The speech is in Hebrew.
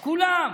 של כולם,